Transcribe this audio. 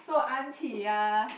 so aunty ya